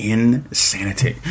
Insanity